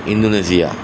Indonesia